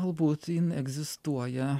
galbūt egzistuoja